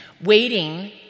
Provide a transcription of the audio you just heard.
Waiting